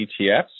ETFs